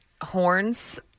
horns